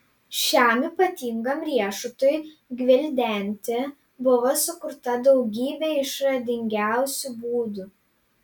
šiam ypatingam riešutui gvildenti buvo sukurta daugybė išradingiausių būdų